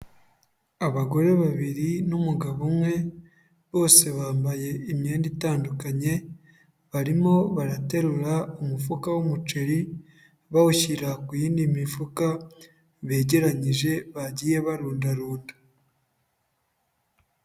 Abagore babiri n'umugabo umwe bose bambaye imyenda itandukanye, barimo baraterura umufuka w'umuceri, bawushyira ku yindi mifuka begeranyije bagiye barundarunda.